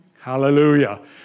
Hallelujah